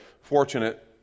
fortunate